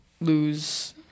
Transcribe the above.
lose